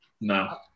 No